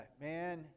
man